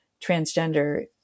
transgender